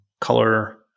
color